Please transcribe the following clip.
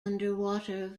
underwater